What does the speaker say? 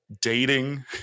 dating